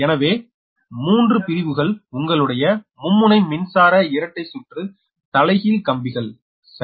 எனவே 3 பிரிவுகள் உங்களுடைய மும்முனை மின்சார இரட்டை சுற்று தலைகீழ் கம்பிகள் சரி